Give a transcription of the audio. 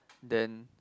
then